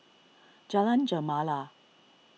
Jalan Gemala